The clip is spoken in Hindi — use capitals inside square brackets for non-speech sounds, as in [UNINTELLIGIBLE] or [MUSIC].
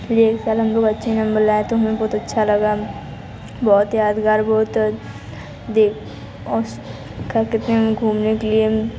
यह साल हम लोग अच्छे नम्बर लाए तो हमें बहुत अच्छा लगा बहुत यादगार बहुत देख [UNINTELLIGIBLE] घूमने के लिए